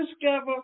discover